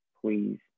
please